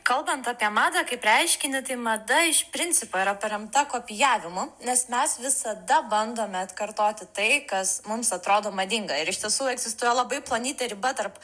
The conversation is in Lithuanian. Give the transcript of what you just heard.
kalbant apie madą kaip reiškinį tai mada iš principo yra paremta kopijavimu nes mes visada bandome atkartoti tai kas mums atrodo madinga ir iš tiesų egzistuoja labai plonytė riba tarp